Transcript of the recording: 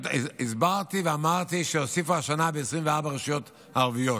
הסברתי ואמרתי שהוסיפו השנה ב-24 רשויות ערביות,